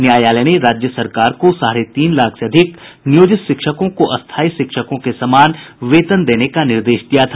न्यायालय ने राज्य सरकार को साढ़े तीन लाख से अधिक नियोजित शिक्षकों को स्थायी शिक्षकों के समान वेतन देने का निर्देश दिया था